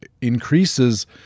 increases